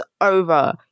over